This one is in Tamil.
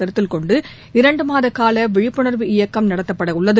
கருத்தில்கொண்டு இரண்டுமாதகால விழிப்புணர்வு இயக்கம் நடத்தப்பட உள்ளது